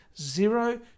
zero